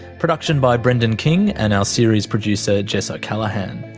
production by brendan king and our series producer jess o'callaghan,